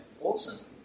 awesome